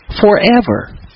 forever